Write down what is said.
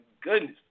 goodness